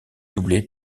doublé